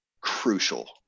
crucial